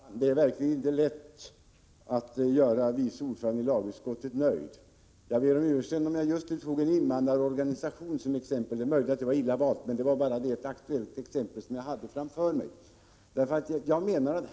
Fru talman! Det är verkligen inte lätt att göra vice ordföranden i lagutskottet nöjd. Jag ber om ursäkt för att jag tog just en invandrarorganisation som exempel. Det är möjligt att det var illa valt, men det var ett aktuellt exempel som jag hade framför mig.